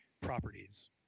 properties